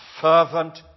fervent